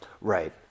Right